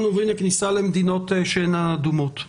אנחנו עוברים לכניסה למדינות שאינן אדומות.